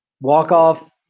walk-off